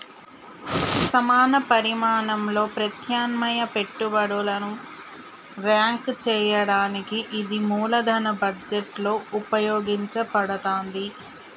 సమాన పరిమాణంలో ప్రత్యామ్నాయ పెట్టుబడులను ర్యాంక్ చేయడానికి ఇది మూలధన బడ్జెట్లో ఉపయోగించబడతాంది